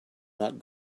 not